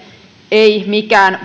ei mikään